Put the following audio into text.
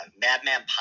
Madman